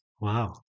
Wow